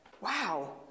Wow